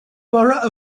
borough